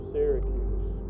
Syracuse